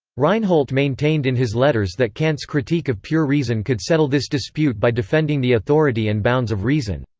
reinhold maintained in his letters that kant's critique of pure reason could settle this dispute by defending the authority and bounds of reason.